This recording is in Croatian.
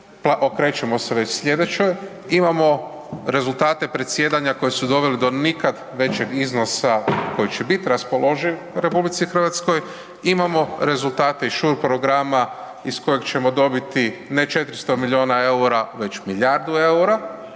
okrećemo se već sljedećoj, imamo rezultate predsjedanja koji su doveli do nikad većeg iznosa koji će bit raspoloživ RH, imamo rezultate iz SURE programa iz kojeg ćemo dobiti ne 400 milijuna eura već milijardu eura